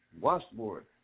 Washboard